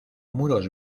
muros